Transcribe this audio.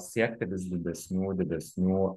siekti vis didesnių didesnių